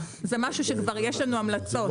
זה משהו שכבר יש לנו המלצות.